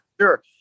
sure